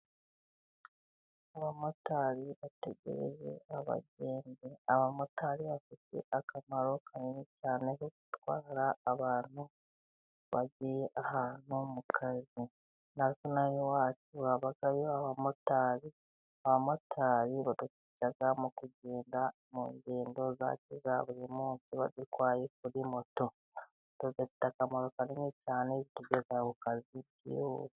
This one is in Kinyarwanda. Abamotari bategereje abagenzi, abamotari bafite akamaro kanini cyane kuko batwara abantu bagiye ahantu mu kazi, inaha iwacu habayo abamotari. Abamotari badufasha mu kugenda mu ngendo zacu za buri munsi badutwaye kuri moto, bafite akamaro kanini cyane batugeza ku kazi byihuse.